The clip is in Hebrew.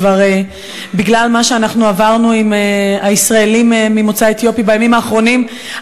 בגלל מה שאנחנו עברנו עם הישראלים ממוצא אתיופי בימים האחרונים,